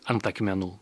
ant akmenų